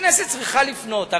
הכנסת צריכה לפנות.